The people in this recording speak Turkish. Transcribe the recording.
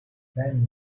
ben